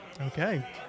Okay